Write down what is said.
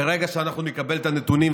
ברגע שאנחנו נקבל את הנתונים,